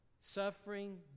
suffering